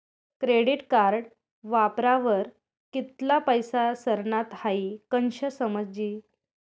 credit card वापरावर कित्ला पैसा सरनात हाई कशं समजी